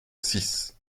six